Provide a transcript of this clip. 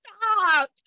Stop